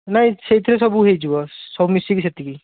ନାଇଁ ସେଇଥିରେ ସବୁ ହେଇଯିବ ସବୁ ମିଶିକି ସେତିକି